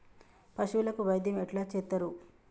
పశువులకు వైద్యం ఎట్లా చేత్తరు?